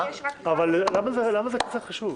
למה זה כל כך חשוב?